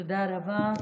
תודה רבה,